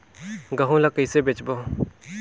गहूं ला कइसे बेचबो?